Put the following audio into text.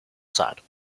side